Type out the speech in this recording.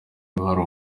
ruhari